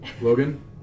Logan